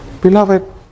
Beloved